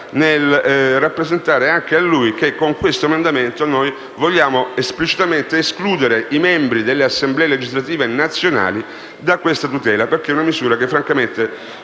nel rappresentare anche a lui che, con questo emendamento, vogliamo esplicitamente escludere i membri delle Assemblee legislative nazionali da questa tutela perché, francamente,